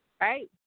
right